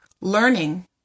learning